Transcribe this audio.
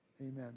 amen